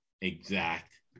exact